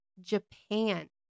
Japan